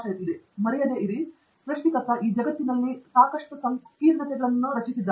ಯಾವಾಗಲೂ ಮರೆಯದಿರಿ ಸೃಷ್ಟಿಕರ್ತ ಈ ಜಗತ್ತಿನಲ್ಲಿ ಸಾಕಷ್ಟು ಸಂಕೀರ್ಣತೆಗಳಿವೆ ಎಂದು ಖಚಿತವಾಗಿ ಖಚಿತಪಡಿಸಿದ್ದಾರೆ